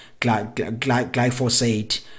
glyphosate